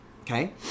Okay